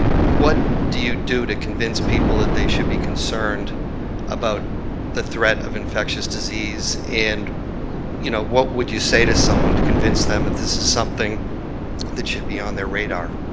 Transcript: what do you do to convince people that they should be concerned about the threat of infectious disease and you know what would you say to someone to convince them that this is something that should be on their radar?